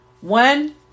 One